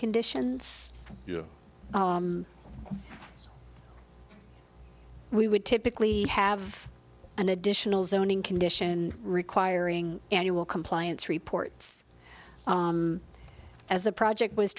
conditions we would typically have an additional zoning condition requiring annual compliance reports as the project was